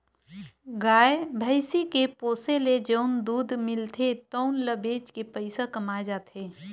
गाय, भइसी के पोसे ले जउन दूद मिलथे तउन ल बेच के पइसा कमाए जाथे